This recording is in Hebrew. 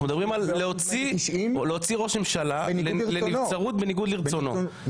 אנחנו מדברים על ראש ממשלה לנבצרות בניגוד ברצונו,